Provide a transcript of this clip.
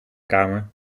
kamer